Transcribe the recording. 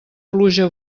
pluja